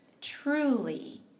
truly